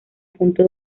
punto